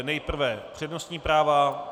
Nejprve přednostní práva.